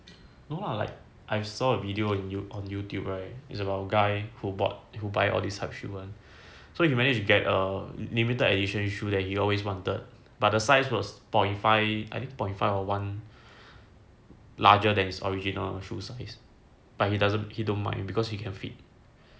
no lah like I saw a video on youtube right is about a guy who bought who buy or bought all these hype shoes [one] so he managed to get a limited edition shoes that he always wanted but the size was point five one larger than his original shoes size but he doesn't he don't mind because he can fit